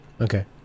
Okay